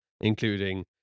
including